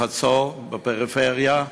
בחצור, בפריפריה,